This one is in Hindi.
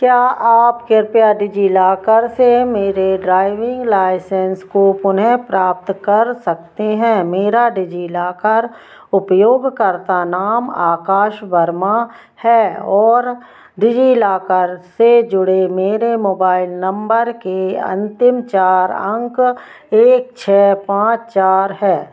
क्या आप कृपया डिजिलॉकर से मेरे ड्राइविंग लाइसेन्स को पुनः प्राप्त कर सकते हैं मेरा डिजिलॉकर उपयोगकर्ता नाम आकाश वर्मा है और डिजिलॉकर से जुड़े मेरे मोबाइल नम्बर के अन्तिम चार अंक एक छः पाँच चार है